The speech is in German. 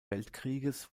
weltkrieges